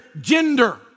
gender